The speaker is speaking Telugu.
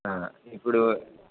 ఇప్పుడు